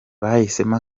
bahisemo